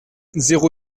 zéro